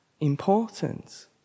important